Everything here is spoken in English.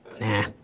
Nah